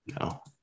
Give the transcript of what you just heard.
No